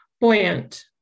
buoyant